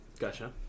Gotcha